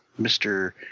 Mr